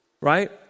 right